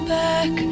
back